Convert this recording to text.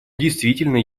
действительно